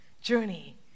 journey